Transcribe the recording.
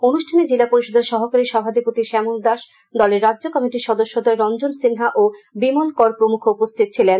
অনুষ্ঠানে জিলা পরিষদের সহকারী সভাধিপতি শ্যামল দাস দলের রাজ্য কমিটির সদস্যদ্বয় রঞ্জন সিনহা ও বিমল কর প্রমুখ উপস্থিত ছিলেন